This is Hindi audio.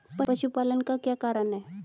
पशुपालन का क्या कारण है?